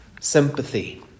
sympathy